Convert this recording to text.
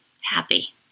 happy